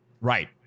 right